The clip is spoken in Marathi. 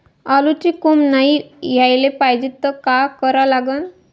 आलूले कोंब नाई याले पायजे त का करा लागन?